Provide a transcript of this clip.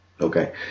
Okay